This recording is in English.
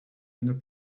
under